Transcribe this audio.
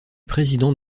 président